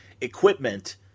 equipment